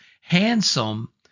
handsome